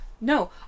No